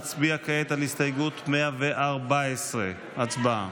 נצביע כעת על הסתייגות 114. הצבעה.